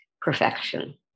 perfection